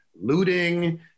looting